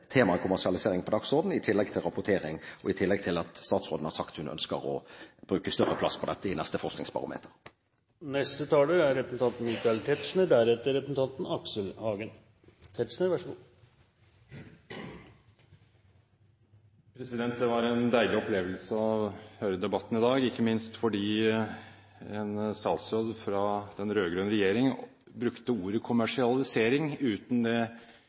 statsråden har sagt at hun ønsker å bruke større plass på dette i neste forskningsbarometer. Det var en deilig opplevelse å høre debatten i dag, ikke minst fordi en statsråd fra den rød-grønne regjeringen brukte ordet kommersialisering uten